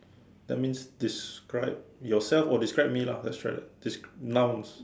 that means describe yourself or describe me lah let's try that descr~ nouns